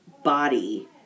body